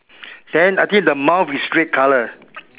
then I think the mouth is red color